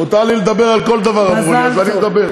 מותר לי לדבר על כל דבר, אמרו לי, אז אני מדבר.